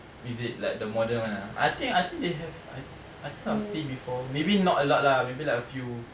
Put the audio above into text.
is it like the modern one ah I think I think they have I th~ I think I got see before maybe not a lot lah maybe like a few